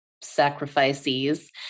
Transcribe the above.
sacrifices